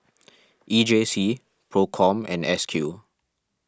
E J C Procom and S Q